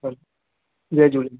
Jay Jhulelal